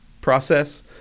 process